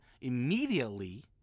immediately